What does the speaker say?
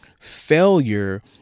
Failure